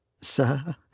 Sir